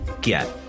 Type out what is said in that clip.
get